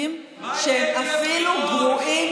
תנועות הנוער,